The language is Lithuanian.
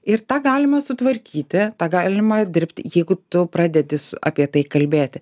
ir tą galima sutvarkyti tą galima dirbt jeigu tu pradedi apie tai kalbėti